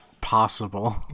possible